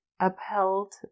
upheld